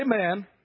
Amen